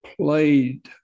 played